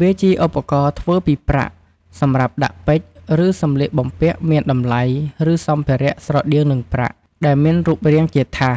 វាជាឧបករណ៍ធ្វើពីប្រាក់ សម្រាប់ដាក់ពេជ្រឬសំលៀកបំពាក់មានតម្លៃឬសម្ភារៈស្រដៀងនឹងប្រាក់ ដែលមានរូបរាងជាថាស